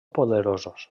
poderosos